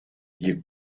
you